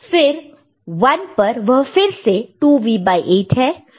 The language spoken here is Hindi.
फिर 1 पर वह फिर से 2V8 है